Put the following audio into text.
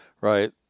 Right